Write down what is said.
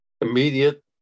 immediate